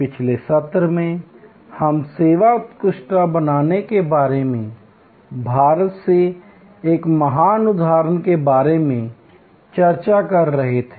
पिछले सत्र में हम सेवा उत्कृष्टता बनाने के बारे में भारत से एक महान उदाहरण के बारे में चर्चा कर रहे थे